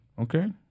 Okay